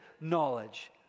knowledge